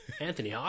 Anthony